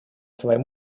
своей